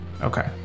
Okay